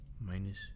Minus